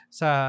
sa